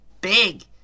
big